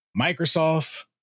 Microsoft